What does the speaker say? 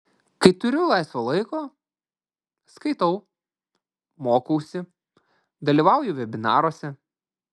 kai turiu laisvo laiko skaitau mokausi dalyvauju vebinaruose